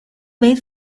wait